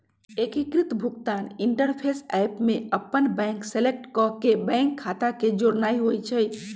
एकीकृत भुगतान interface app में अप्पन बैंक सेलेक्ट क के बैंक खता के जोड़नाइ होइ छइ